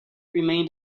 remained